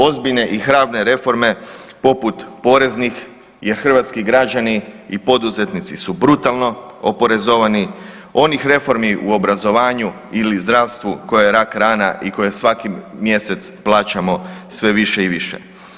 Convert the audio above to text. Ozbiljne i hrabre reforme poput poreznih jer hrvatski građani i poreznici su brutalno oporezovani, onih reformi u obrazovanju ili zdravstvu koje je rak rana i koje svaki mjesec plaćamo sve više i više.